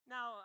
Now